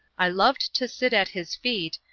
i loved to sit at his feet,